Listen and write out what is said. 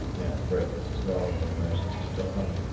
yeah, the breakers as well, with an emergency stop button,